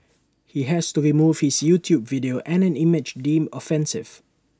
he has to remove his YouTube video and an image deemed offensive